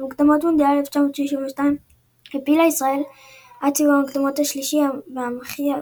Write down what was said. במוקדמות מונדיאל 1962 העפילה ישראל עד סיבוב המוקדמות השלישי והמכריע,